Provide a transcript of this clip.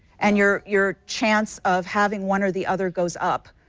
and your your chance of having one or the other goes up.